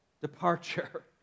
departure